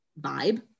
vibe